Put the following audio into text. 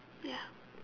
ya